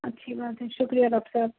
اچھی بات ہے شکریہ ڈاکٹر صاحب